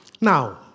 Now